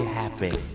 happy